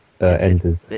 enters